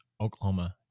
Oklahoma